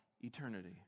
eternity